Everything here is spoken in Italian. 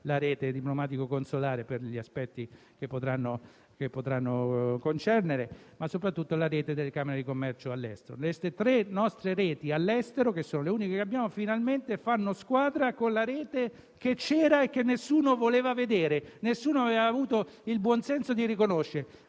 alla rete diplomatico-consolare per gli aspetti di sua competenza, ma - soprattutto - alla rete delle camere di commercio all'estero. Queste nostre tre reti all'estero, che sono le uniche che abbiamo, finalmente fanno squadra con la rete, che c'era e che nessuno voleva vedere e aveva avuto il buon senso di riconoscere,